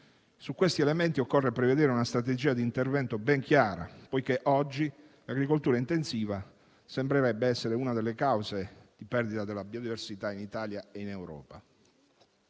Su questi elementi occorre prevedere una strategia di intervento ben chiara, poiché oggi l'agricoltura intensiva sembrerebbe essere una delle cause di perdita della biodiversità in Italia e in Europa.